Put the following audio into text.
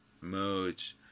modes